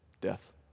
Death